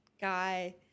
guy